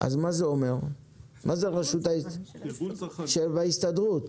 מה זה אומר, של ההסתדרות?